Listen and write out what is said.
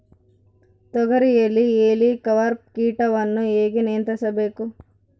ತೋಗರಿಯಲ್ಲಿ ಹೇಲಿಕವರ್ಪ ಕೇಟವನ್ನು ಹೇಗೆ ನಿಯಂತ್ರಿಸಬೇಕು?